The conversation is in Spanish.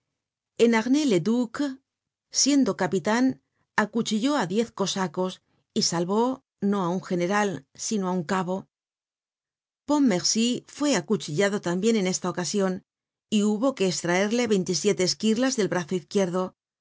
en arnay le duc siendo capitan acuchilló á diez cosacos y salvó no á un general sino á un cabo pontmercy fue acuchillado tambien en esta ocasion y hubo que estraerle veintisiete esquirlas del brazo izquierdo